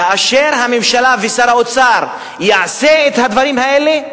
כאשר הממשלה ושר האוצר יעשו את הדברים האלה,